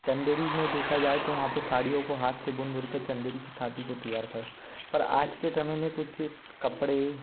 चंदेरी में देखा जाए तो वहाँ पे साड़ियों को हाथ से बुन बुन के चंदेरी की साड़ी को तैयार कर पर आज के टाइम में कुछ इस कपड़े